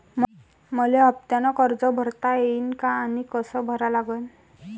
मले हफ्त्यानं कर्ज भरता येईन का आनी कस भरा लागन?